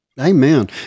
Amen